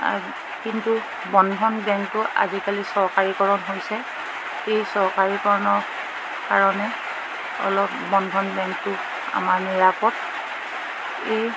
কিন্তু বন্ধন বেংকটো আজিকালি চৰকাৰীকৰণ হৈছে এই চৰকাৰীকৰণৰ কাৰণে অলপ বন্ধন বেংকটো আমাৰ নিৰাপদ এই